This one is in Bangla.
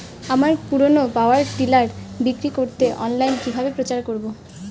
আমার পুরনো পাওয়ার টিলার বিক্রি করাতে অনলাইনে কিভাবে প্রচার করব?